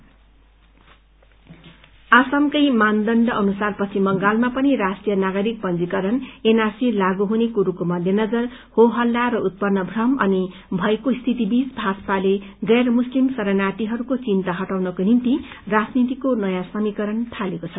NRC आसामकै मानदण्ड अनुसार पश्चिम बंगालमा पनि राष्ट्रीय नागरिक पंजीकरण एनआरसी लागू हुने कुरोको मध्यनजर हो हल्ला र उत्पन्न भ्रम अनि भयको स्थिति बीच भाजपाले गैर मुस्लिम शरणार्थीहरूको चिन्ता हटाउनको निम्ति राजनीतिको नयाँ समीकरण गरेको छ